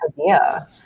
idea